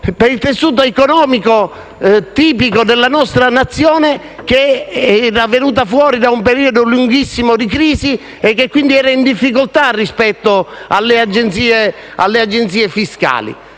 per il tessuto economico tipico della nostra Nazione, che era venuta fuori da un periodo lunghissimo di crisi e che quindi era in difficoltà rispetto alle agenzie fiscali.